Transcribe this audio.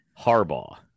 Harbaugh